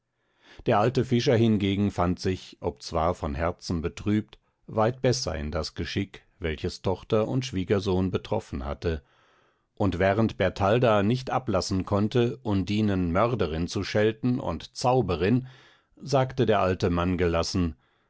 der alte fischer hingegen fand sich obzwar von herzen betrübt weit besser in das geschick welches tochter und schwiegersohn betroffen hatte und während bertalda nicht ablassen konnte undinen mörderin zu schelten und zauberin sagte der alte mann gelassen